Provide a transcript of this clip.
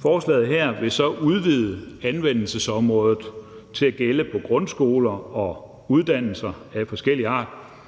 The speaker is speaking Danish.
Forslaget her vil så udvide anvendelsesområdet til også at gælde på grundskoler og uddannelser af forskellig art.